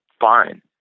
fine